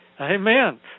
Amen